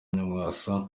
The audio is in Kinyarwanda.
nyamwasa